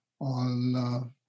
on